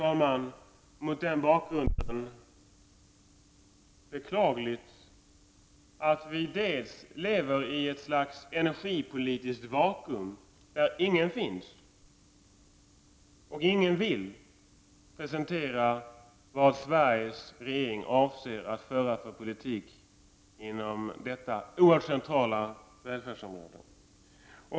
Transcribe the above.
Det är mot denna bakgrund beklagligt att vi lever i ett energipolitiskt vakuum där det inte finns någon som kan — och ingen som vill — presentera vilken politik som Sveriges regering avser att föra inom detta oerhört centrala välfärdsområde.